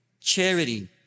charity